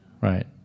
Right